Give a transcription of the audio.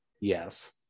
Yes